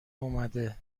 اومده